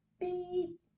beep